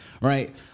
right